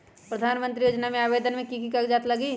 प्रधानमंत्री योजना में आवेदन मे की की कागज़ात लगी?